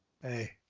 Hey